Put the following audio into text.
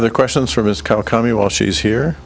other questions from his car call me while she's here